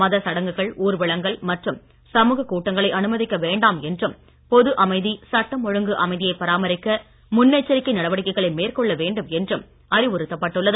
மத சடங்குகள் ஊர்வலங்கள் மற்றும் சமூக கூட்டங்களை அனுமதிக்க வேண்டாம் என்றும் பொது அமைதி சட்டம் ஒழுங்கு அமைதியை பராமரிக்க முன்னெச்சரிக்கை நடவடிக்கைகளை மேற்கொள்ள வேண்டும் என்றும் அறிவுறுத்தப்பட்டுள்ளது